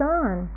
on